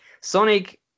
sonic